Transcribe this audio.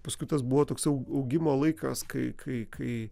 paskui tas buvo toks au augimo laikas kai kai